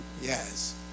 Yes